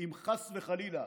אם חס וחלילה